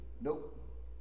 Nope